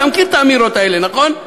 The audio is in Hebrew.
אתה מכיר את האמירות האלה, נכון?